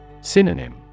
Synonym